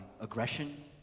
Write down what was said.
aggression